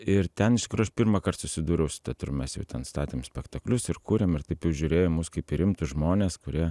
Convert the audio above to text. ir ten iš kur aš pirmąkart susidūriau su teatru mes jau ten statėm spektaklius ir kūrėm ir taip jau žiūrėjo į mus kaip į rimtus žmones kurie